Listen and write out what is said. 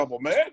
man